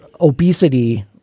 obesity